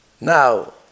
Now